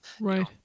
Right